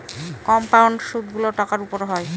compound সুদগুলো টাকার উপর হয়